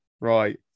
right